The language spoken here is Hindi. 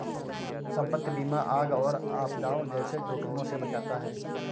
संपत्ति बीमा आग और आपदाओं जैसे जोखिमों से बचाता है